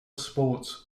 sports